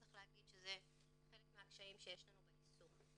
צריך להגיד שזה חלק מהקשיים שיש לנו ביישום.